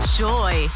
joy